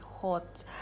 hot